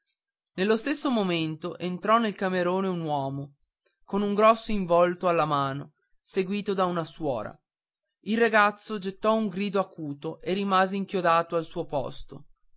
nello stesso momento entrò nel camerone un uomo con un grosso involto alla mano seguito da una suora il ragazzo gettò un grido acuto e rimase inchiodato al suo posto